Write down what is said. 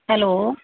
hello